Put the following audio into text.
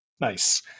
nice